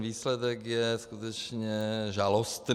Výsledek je skutečně žalostný.